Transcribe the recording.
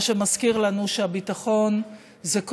מה שמזכיר לנו שהביטחון זה,